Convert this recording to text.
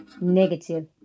negative